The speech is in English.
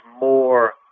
more